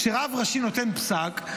כשרב ראשי נותן פסק,